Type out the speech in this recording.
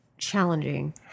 Challenging